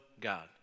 God